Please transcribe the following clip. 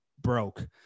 broke